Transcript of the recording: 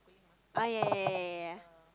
oh ya ya ya ya